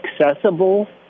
accessible